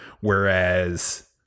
whereas